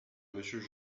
monsieur